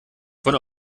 von